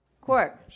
Quark